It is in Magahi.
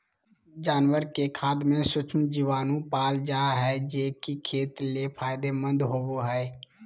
जानवर के खाद में सूक्ष्म जीवाणु पाल जा हइ, जे कि खेत ले फायदेमंद होबो हइ